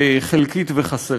חלקית וחסרה.